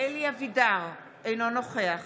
אלי אבידר, אינו נוכח